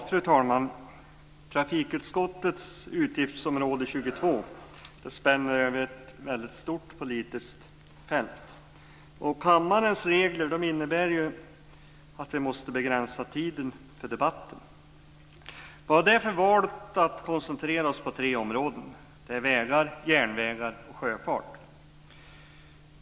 Fru talman! Trafikutskottets utgiftsområde 22 spänner över ett mycket stort politiskt fält, och kammarens regler innebär att vi måste begränsa tiden för debatten. Vi har därför valt att koncentrera oss på tre områden: vägar, järnvägar och sjöfart.